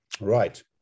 Right